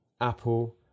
Apple